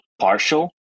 partial